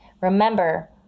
remember